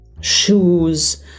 Shoes